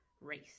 race